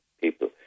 people